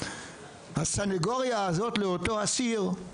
הסנגוריה הזאת לאותו אסיר,